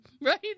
right